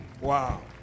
Wow